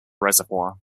reservoir